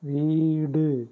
வீடு